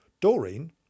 Doreen